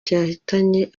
cyahitanye